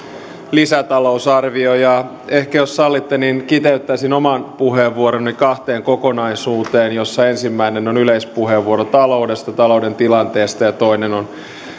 lisätalousarvio ja ehkä jos sallitte kiteyttäisin oman puheenvuoroni kahteen kokonaisuuteen joista ensimmäinen on yleispuheenvuoro taloudesta talouden tilanteesta ja toinen on